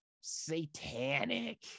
satanic